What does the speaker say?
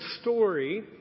story